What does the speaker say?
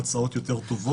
בדיוק בגלל זה.